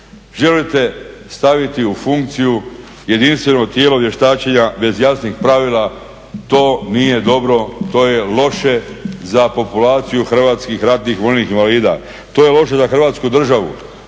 želite staviti u funkciju jedinstveno tijelo vještačenja bez jasnih pravila, to nije dobro, to je loše za populaciju hrvatskih ratnih vojnih invalida. To je loše za Hrvatsku državu,